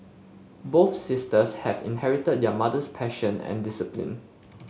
both sisters have inherited their mother's passion and discipline